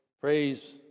praise